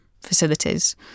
facilities